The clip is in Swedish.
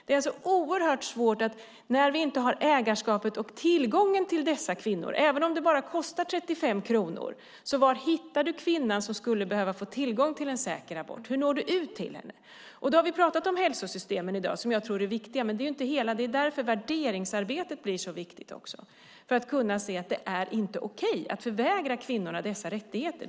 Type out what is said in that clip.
Det är alltså oerhört svårt när vi inte har ägarskapet och tillgången till dessa kvinnor. Även om det bara kostar 35 kronor, var hittar du kvinnan som skulle behöva få tillgång till en säker abort? Hur når du ut till henne? Vi har pratat om hälsosystemen i dag, som jag tror är viktiga. Men det är inte hela frågan. Det är därför värderingsarbetet blir så viktigt, för att kunna visa att det inte är okej att förvägra kvinnorna dessa rättigheter.